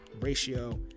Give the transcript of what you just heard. ratio